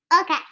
Okay